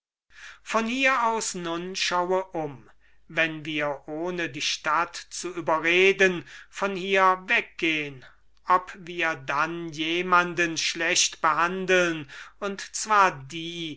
von hier aus nun schaue um wenn wir ohne die stadt zu überreden von hier weggehn behandeln wir dann jemanden schlecht und zwar die